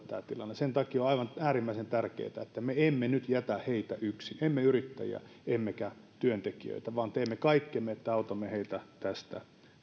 sen takia on aivan äärimmäisen tärkeätä että me emme nyt jätä heitä yksin emme yrittäjiä emmekä työntekijöitä vaan teemme kaikkemme että autamme heitä tästä